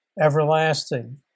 everlasting